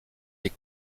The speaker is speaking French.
les